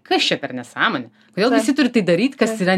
kas čia per nesąmonė kodėl visi turi tai daryt kas yra